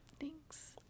thanks